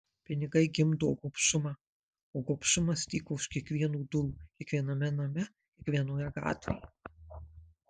pinigai gimdo gobšumą o gobšumas tyko už kiekvienų durų kiekviename name kiekvienoje gatvėje